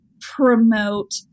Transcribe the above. promote